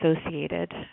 associated